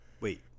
Wait